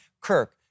Kirk